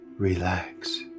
Relax